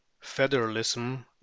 Federalism